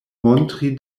montri